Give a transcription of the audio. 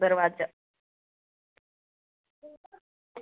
दरवाज़ा